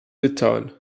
litauen